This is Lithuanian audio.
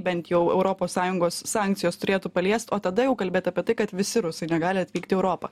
bent jau europos sąjungos sankcijos turėtų paliest o tada jau kalbėt apie tai kad visi rusai negali atvykt į europą